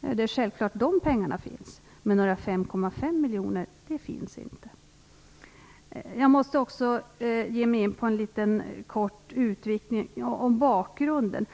Det är självklart att de pengarna finns. Men 5,5 miljoner finns inte. Jag måste också ge mig in på en kort utvikning om bakgrunden.